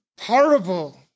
horrible